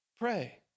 Pray